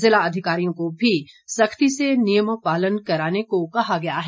जिला अधिकारियों को भी सख्ती से नियम पालन कराने को कहा गया है